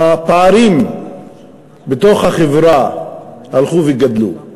הפערים בתוך החברה הלכו וגדלו.